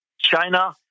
China